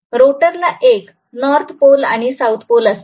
रोटरला एक नॉर्थपोल आणि साऊथ पोल असणार